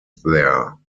there